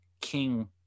king